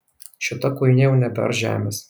šita kuinė jau nebears žemės